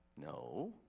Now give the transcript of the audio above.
No